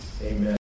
Amen